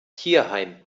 tierheim